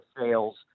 sales